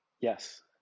Yes